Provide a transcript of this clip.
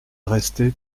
restait